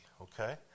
okay